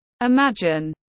Imagine